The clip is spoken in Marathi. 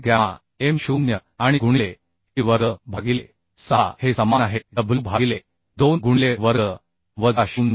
भागिले गॅमा m0 आणि गुणिले t वर्ग भागिले 6 हे समान आहे w भागिले 2 गुणिले वर्ग वजा 0